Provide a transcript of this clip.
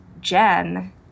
Jen